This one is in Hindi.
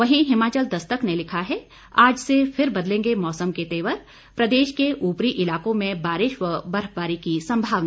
वहीं हिमाचल दस्तक ने लिखा है आज से फिर बदलेंगे मौसम के तेवर प्रदेश के ऊपरी इलाकों में बारिश व बर्फबारी की सम्भावना